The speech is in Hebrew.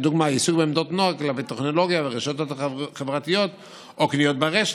לדוגמה עיסוק בעמדות נוער כלפי טכנולוגיה ורשתות חברתיות או קניות ברשת.